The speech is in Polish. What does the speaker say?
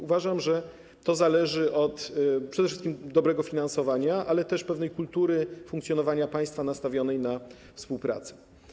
Uważam, że to zależy przede wszystkim od dobrego finansowania, ale też pewnej kultury funkcjonowania państwa nastawionej na współpracę.